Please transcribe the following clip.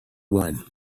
one